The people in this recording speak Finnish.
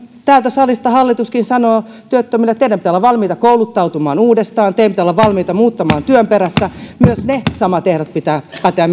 täältä salista hallituskin sanoo työttömille että teidän pitää olla valmiita kouluttautumaan uudestaan teidän pitää olla valmiita muuttamaan työn perässä niiden samojen ehtojen pitää päteä